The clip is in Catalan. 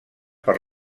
per